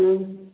ꯎꯝ